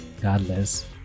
Godless